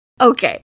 Okay